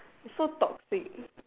it's so toxic